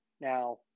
now